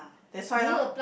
that's why lor